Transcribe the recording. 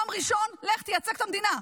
ביום ראשון לך תייצג את המדינה.